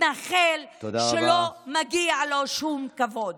מתנחל שלא מגיע לו שום כבוד.